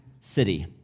city